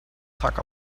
talk